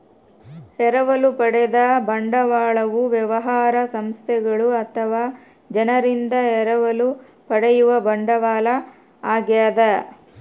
ಎರವಲು ಪಡೆದ ಬಂಡವಾಳವು ವ್ಯವಹಾರ ಸಂಸ್ಥೆಗಳು ಅಥವಾ ಜನರಿಂದ ಎರವಲು ಪಡೆಯುವ ಬಂಡವಾಳ ಆಗ್ಯದ